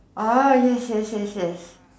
orh yes yes yes